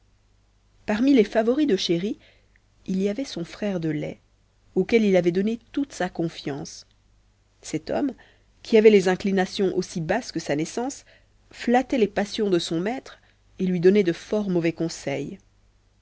parmi les favoris de chéri il y avait son frère de lait auquel il avait donné toute sa confiance cet homme qui avait les inclinations aussi basses que sa naissance flattait les passions de son maître et lui donnait de fort mauvais conseils